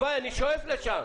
אני שואף לשם.